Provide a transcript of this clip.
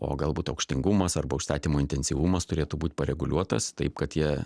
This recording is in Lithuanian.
o galbūt aukštingumas arba užstatymo intensyvumas turėtų būt pareguliuotas taip kad jie